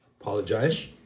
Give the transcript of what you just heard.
apologize